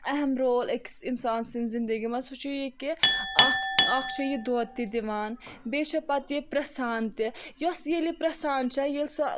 اہم رول أکس انسان سٕنز زِندگی منٛز سُہ چھُ یہِ کہِ اکھ اکھ چھ یہِ دۄد تہِ دِوان بیٚیہِ چھِ پتہٕ یہِ پرٕسان تہِ یۄس ییٚلہِ پرٕسان چھےٚ ییٚلہِ سۄ